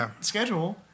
schedule